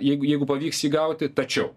jeigu jeigu pavyks jį gauti tačiau